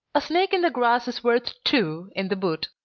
a snake in the grass is worth two in the boot.